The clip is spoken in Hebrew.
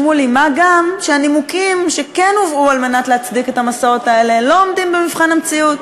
שבעלי-החיים עוברים במסעות האלה שמכונים המשלוחים